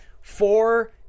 Four